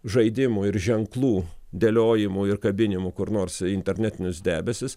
žaidimų ir ženklų dėliojimų ir kabinimų kur nors į internetinius debesis